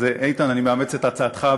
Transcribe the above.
אז, איתן, אני מאמץ את הצעתך.